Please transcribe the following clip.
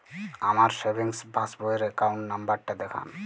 আমার সেভিংস পাসবই র অ্যাকাউন্ট নাম্বার টা দেখান?